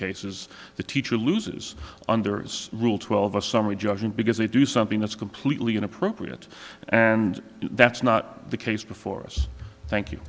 cases the teacher loses under rule twelve a summary judgment because they do something that's completely inappropriate and that's not the case before us thank you